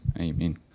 Amen